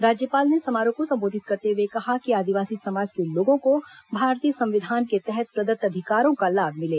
राज्यपाल ने समारोह को संबोधित करते हुए कहा कि आदिवासी समाज के लोगों को भारतीय संविधान के तहत प्रदत्त अधिकारों का लाभ मिले